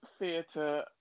Theatre